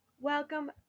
welcome